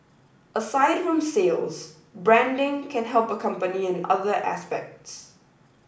aside from sales branding can help a company in other aspects